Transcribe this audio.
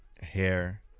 Hair